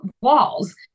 walls